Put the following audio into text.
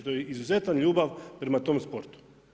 To je izuzetna ljubav prema tom sportu.